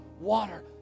water